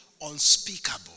unspeakable